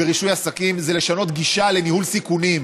ברישוי עסקים, זה לשנות גישה לניהול סיכונים.